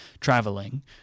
traveling